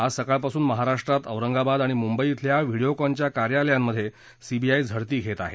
आज सकाळपासून महाराष्ट्रात औरंगाबाद आणि मुंबई खेल्या व्हिडीओकॉनच्या कार्यालयांमधे सीबीआय झडती घेत आहे